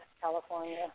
California